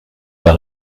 pas